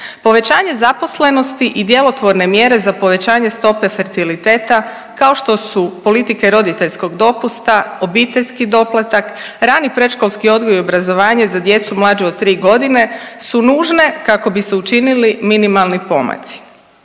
Povećanje zaposlenosti i djelotvorne mjere za povećanje stope fertiliteta kao što su politike roditeljskog dopusta, obiteljski doplatak, rani predškolski odgoj i obrazovanje za djecu mlađu od 3.g. su nužne kako bi se učinili minimalni pomaci.